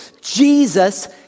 Jesus